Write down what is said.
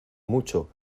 mucho